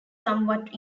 somewhat